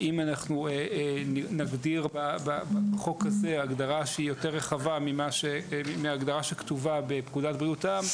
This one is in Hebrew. ואם נגדיר בחוק הזה הגדרה יותר רחבה מההגדרה שכתובה בפקודת בריאות העם,